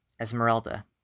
Esmeralda